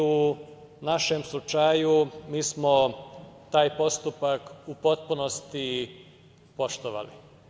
U našem slučaju, mi smo taj postupak u potpunosti poštovali.